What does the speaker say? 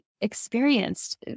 experienced